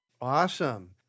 Awesome